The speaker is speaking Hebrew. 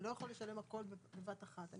אני לא יכול לשלם הכל בבת אחת.